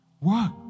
Work